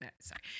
Sorry